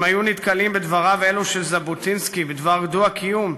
אם היו נתקלים בדבריו אלו של ז'בוטינסקי בדבר הדו-קיום,